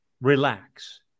Relax